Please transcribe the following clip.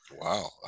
Wow